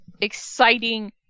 exciting